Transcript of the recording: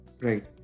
Right